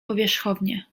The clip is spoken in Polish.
powierzchownie